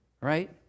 right